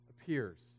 appears